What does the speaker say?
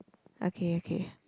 okay okay